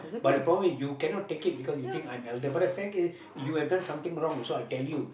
but the problem you cannot take it because you think I'm elder but the thing is you have done something wrong so I tell you